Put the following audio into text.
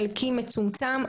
חלקי ומצומצם,